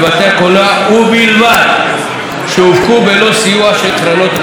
ובלבד שהופקו בלא סיוע של קרנות הקולנוע.